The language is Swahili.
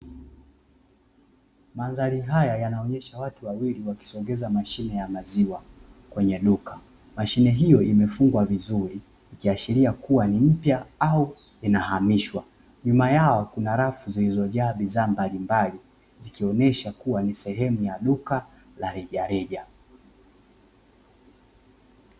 Mandhari haya yanaonyesha watu wawili wakisogeza mashine ya maziwa kwenye duka. Mashine hiyo imefungwa vizuri, ikiashiria kuwa ni mpya au inahamishwa. Nyuma yao kuna rafu zilizojaa bidhaa mbalimbali, ikionyesha kuwa ni sehemu ya duka la rejareja.